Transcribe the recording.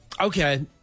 Okay